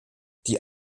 die